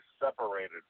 separated